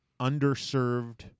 underserved